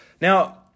Now